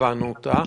הבנו אותה.